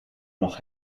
noch